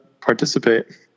participate